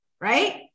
right